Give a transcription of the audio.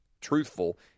truthful